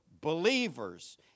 believers